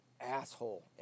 asshole